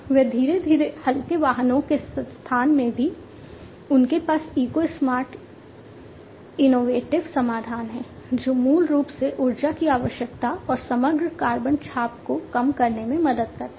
वे धीरे धीरे हल्के वाहनों के स्थान में भी हैं उनके पास इको स्मार्ट इनोवेटिव समाधान है जो मूल रूप से ऊर्जा की आवश्यकता और समग्र कार्बन छाप को कम करने में मदद करता है